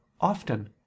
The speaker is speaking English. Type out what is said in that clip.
often